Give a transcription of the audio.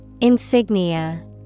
Insignia